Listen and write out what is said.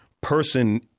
person